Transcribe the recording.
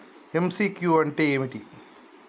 MCQ అంటే ఏమిటి?